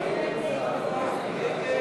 הצעת סיעות רע"ם-תע"ל-מד"ע חד"ש בל"ד להביע